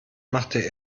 machte